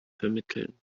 vermitteln